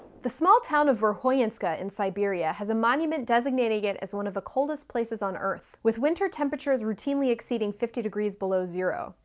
the small town of verkhoyansk ah in siberia has a monument designating it as one of the coldest places on earth, with winter temperatures routinely exceeding fifty degrees below zero